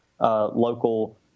Local